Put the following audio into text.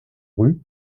rues